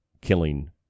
killing